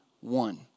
one